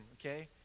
okay